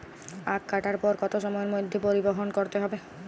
আখ কাটার পর কত সময়ের মধ্যে পরিবহন করতে হবে?